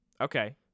Okay